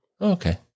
Okay